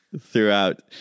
throughout